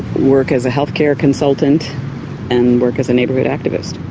work as a healthcare consultant and work as a neighbourhood activist.